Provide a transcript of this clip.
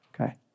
okay